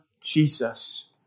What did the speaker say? Jesus